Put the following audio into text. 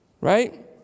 Right